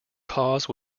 cause